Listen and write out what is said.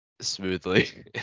smoothly